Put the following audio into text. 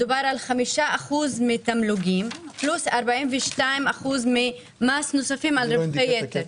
מדובר על 5% מתמלוגים פלוס 42% מס נוספים על רווחי יתר.